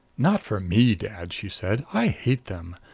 not for me, dad, she said. i hate them!